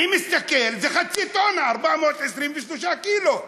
אני מסתכל, זה חצי טונה, 423 קילו.